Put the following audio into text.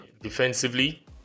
defensively